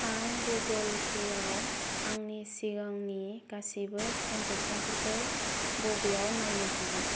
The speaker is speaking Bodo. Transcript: आं गुगोल पेयाव आंनि सिगांनि गासिबो ट्रेन्जेक्सनफोरखौ बबेआव नायनो हागोन